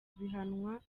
bihanwa